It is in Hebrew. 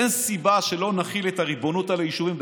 אין סיבה שלא נחיל את הריבונות על היישובים,